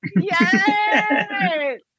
Yes